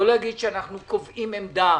לא להגיד שאנחנו קובעים עמדה